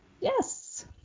yes